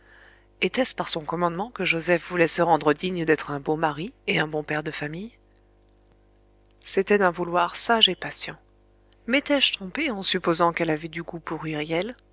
était-ce par son commandement que joseph voulait se rendre digne d'être un beau mari et un bon père de famille c'était d'un vouloir sage et patient m'étais-je trompé en supposant qu'elle avait du goût pour